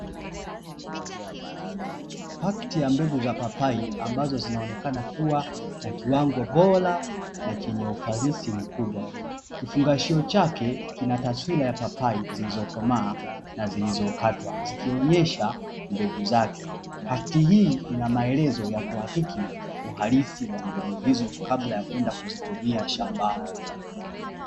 Pakiti ya mbegu za papai ambazo zinaonekana kuwa na kiwango bora na chenye ufanisi mkubwa, kifungashio chake kinataswira ya papai zilizokomaa na zilizokatwa zikionyesha mbegu zake. Pakiti hii ina melezo ya kuhakiki uhalisi wa mbegu hizo kabla ya kwenda kuzitumia shambani.